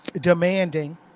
demanding